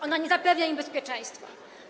Ona nie zapewnia im bezpieczeństwa.